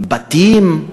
בתים,